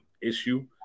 issue